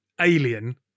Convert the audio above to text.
alien